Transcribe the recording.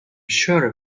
sure